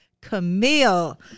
Camille